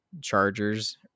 Chargers